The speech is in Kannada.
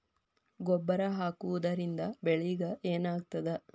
ಗೊಬ್ಬರ ಹಾಕುವುದರಿಂದ ಬೆಳಿಗ ಏನಾಗ್ತದ?